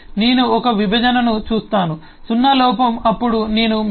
నేను ఒక విభజనను చూస్తాను సున్నా లోపం అప్పుడు నేను math